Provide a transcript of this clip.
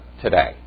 today